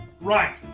right